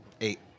Eight